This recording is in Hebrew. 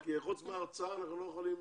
חוץ מההרצאה, אנחנו לא יכולים